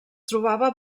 trobava